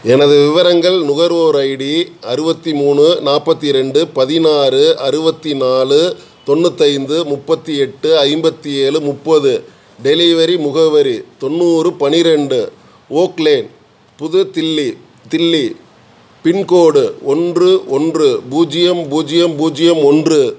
எனது விவரங்கள் நுகர்வோர் ஐடி அறுபத்தி மூணு நாற்பத்தி ரெண்டு பதினாறு அறுபத்தி நாலு தொண்ணூற்று ஐந்து முப்பத்து எட்டு ஐம்பத்து ஏழு முப்பது டெலிவரி முகவரி தொண்ணூறு பன்னிரெண்டு ஓக் லேன் புது தில்லி தில்லி பின்கோடு ஒன்று ஒன்று பூஜ்ஜியம் பூஜ்ஜியம் பூஜ்ஜியம் ஒன்று